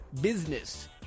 Business